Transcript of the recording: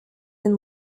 and